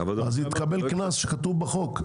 היא תקבל קנס שגובהו כתוב בחוק.